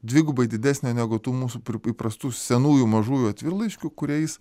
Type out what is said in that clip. dvigubai didesnė negu tų mūsų pri įprastų senųjų mažųjų atvirlaiškių kuriais